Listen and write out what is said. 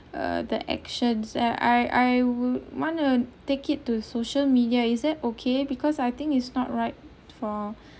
uh the actions and I I would want to take it to social media is it okay because I think is not right for